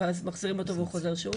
ואז מחזירים אותו והוא חוזר שוב?